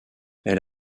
elle